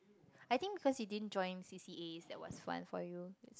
I think cause you didn't join C_C_As that was fun for you